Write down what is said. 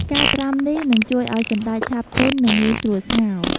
ការត្រាំនេះនឹងជួយឱ្យសណ្ដែកឆាប់ទន់ និងងាយស្រួលស្ងោរ។